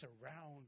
surround